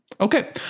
Okay